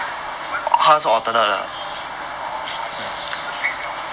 !huh! 你们不是已经 orh 还是不是 fixed 的 ah